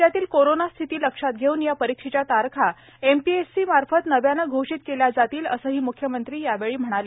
राज्यातील कोरोना स्थिती लक्षात घेऊन या परीक्षेच्या तारखा एमपीएससी मार्फत नव्याने घोषित केल्या जातील असंही मुख्यमंत्री यावेळी म्हणाले